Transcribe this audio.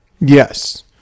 Yes